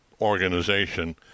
organization